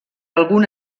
algun